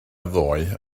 ddoe